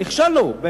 נכשלנו.